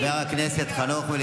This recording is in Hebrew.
חבר הכנסת חנוך.